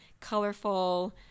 colorful